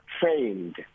trained